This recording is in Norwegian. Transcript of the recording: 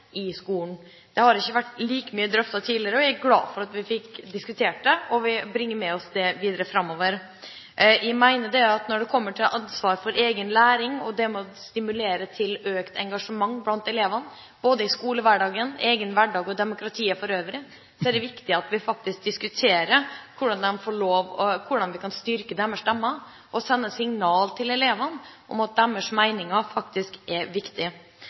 i skolen. Det har ikke vært like mye drøftet tidligere, og jeg er glad for at vi fikk diskutert det og at vi bringer det med oss videre framover. Jeg mener at når det kommer til ansvar for egen læring og å stimulere til økt engasjement blant elevene – både i skolehverdagen, i egen hverdag og i demokratiet for øvrig – er det viktig at vi diskuterer hvordan vi kan styrke deres stemmer og sende signal til elevene om at deres meninger faktisk er viktige. Både representanten Tajik og statsråden var inne på hvor utrolig viktig